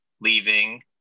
leaving